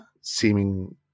seeming